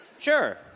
Sure